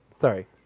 Sorry